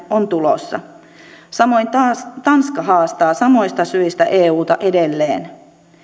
on tulossa samoin tanska haastaa samoista syistä euta edelleen